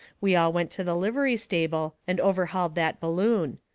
we all went to the livery stable and overhauled that balloon.